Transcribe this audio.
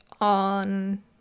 on